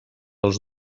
els